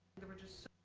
there were just